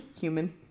Human